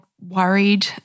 worried